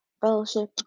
fellowship